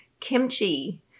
kimchi